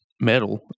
metal